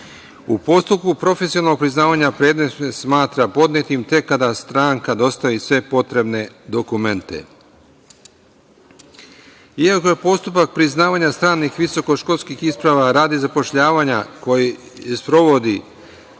postupku profesionalnog priznavanja predmet se smatra podnetim tek kada stranka dostavi sve potrebne dokumente. Iako je postupak priznavanja stranih visokoškolskih isprava radi zapošljavanja, koji sprovodi